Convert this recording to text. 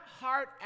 heart